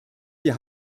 wir